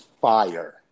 fire